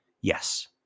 Yes